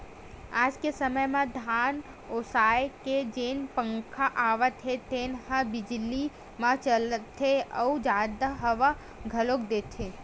आज के समे म धान ओसाए के जेन पंखा आवत हे तेन ह बिजली म चलथे अउ जादा हवा घलोक देथे